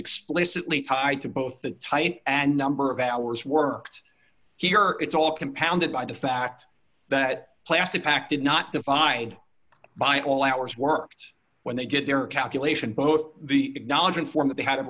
explicitly tied to both the tight and number of hours worked here it's all compounded by the fact that plastic packed did not divide by all hours worked when they did their calculation both the acknowledgement form that they had